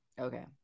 okay